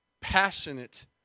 Passionate